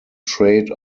trade